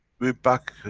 we back